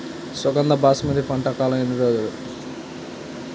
సుగంధ బాస్మతి పంట కాలం ఎన్ని రోజులు?